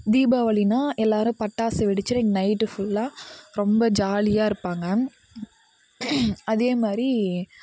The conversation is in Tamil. தீபாவளின்னா எல்லோரும் பட்டாசு வெடித்து நைட்டு ஃபுல்லாக ரொம்ப ஜாலியாக இருப்பாங்க அதேமாதிரி